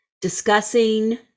discussing